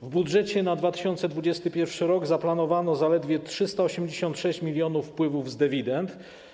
W budżecie na 2021 r. zaplanowano zaledwie 386 mln wpływów z dywidend.